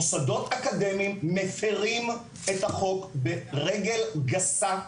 מוסדות אקדמיים מפירים את החוק ברגל גסה,